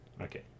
Okay